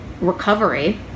recovery